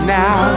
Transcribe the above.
now